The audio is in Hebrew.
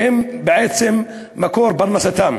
שהם בעצם מקור פרנסתם.